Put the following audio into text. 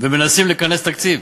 ומנסים לכנס תקציב.